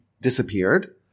disappeared